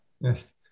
Yes